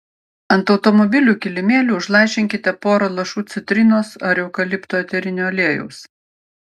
ant automobilių kilimėlių užlašinkite porą lašų citrinos ar eukalipto eterinio aliejaus